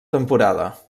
temporada